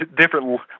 different